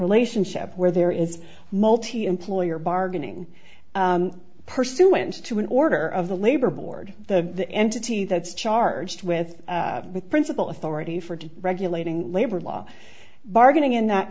relationship where there is multi employer bargaining person went to an order of the labor board the entity that's charged with the principal authority for to regulating labor law bargaining in that